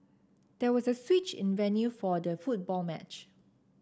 there was a switch in venue for the football match